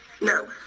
No